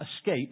escape